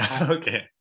okay